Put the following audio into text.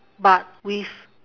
but with